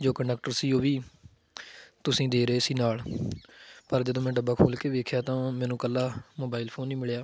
ਜੋ ਕੰਡਕਟਰ ਸੀ ਉਹ ਵੀ ਤੁਸੀਂ ਦੇ ਰਹੇ ਸੀ ਨਾਲ ਪਰ ਜਦੋਂ ਮੈਂ ਡੱਬਾ ਖੋਲ੍ਹ ਕੇ ਦੇਖਿਆ ਤਾਂ ਮੈਨੂੰ ਇਕੱਲਾ ਮੋਬਾਇਲ ਫੋਨ ਹੀ ਮਿਲਿਆ